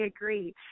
agree